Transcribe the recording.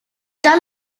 done